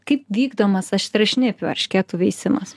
kaip vykdomas aštriašnipių eršketų veisimas